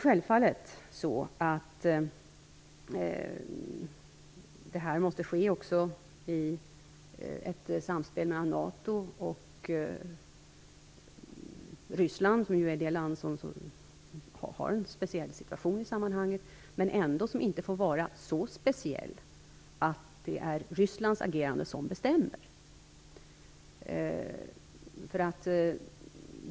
Självfallet måste detta ske i ett samspel mellan NATO och Ryssland, eftersom Ryssland har en speciell situation i sammanhanget. Men situationen får ändå inte bli så speciell att det blir Rysslands agerande som bestämmer.